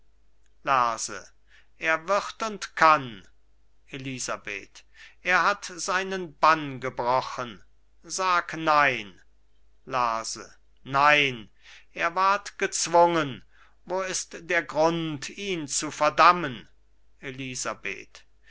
lerse er wird und kann elisabeth er hat seinen bann gebrochen sag nein lerse nein er ward gezwungen wo ist der grund ihn zu verdammen elisabeth